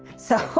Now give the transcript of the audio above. so